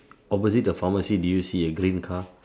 opposite the pharmacy did you see a green car